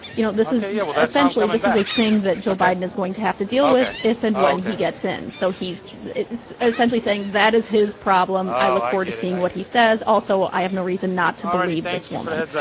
you know, this is essentially this is a thing that joe biden is going to have to deal with if and when he gets in. so he's essentially saying, that is his problem, i look forward to seeing what he says, also i have no reason not to believe this woman.